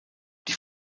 die